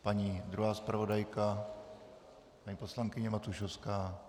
Paní druhá zpravodajka, paní poslankyně Matušovská.